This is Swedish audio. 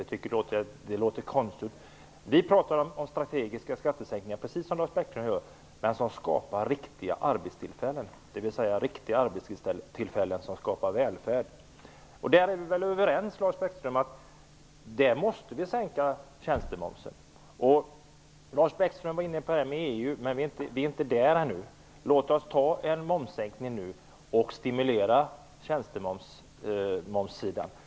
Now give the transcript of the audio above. Vi pratar precis som Lars Bäckström gör om strategiska skattesänkningar, men det är fråga om skattesänkningar som skapar riktiga arbetstillfällen vilka skapar välfärd. Vi är väl överens, Lars Bäckström, om att vi måste sänka tjänstemomsen. Lars Bäckström var inne på frågan om EU, men vi är inte där ännu. Låt oss ta en momssänkning nu för att stimulera tjänstesidan.